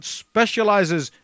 specializes